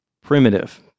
primitive